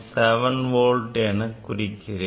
7 volt என குறிக்கிறேன்